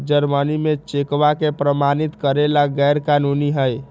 Germany में चेकवा के प्रमाणित करे ला गैर कानूनी हई